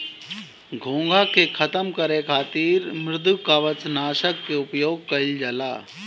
घोंघा के खतम करे खातिर मृदुकवच नाशक के उपयोग कइल जाला